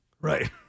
Right